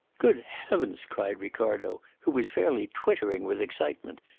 good heavens! cried ricardo, who was fairly twittering with excitement.